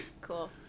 Cool